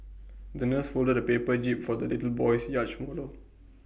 the nurse folded A paper jib for the little boy's yacht model